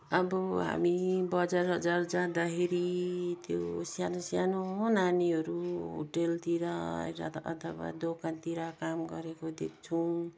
अब हामी बजार बजार जाँदाखेरि त्यो सानो सानो नानीहरू होटलतिर दोकानतिर काम गरेको देख्छौँ